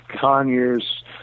conyers